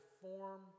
form